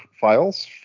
files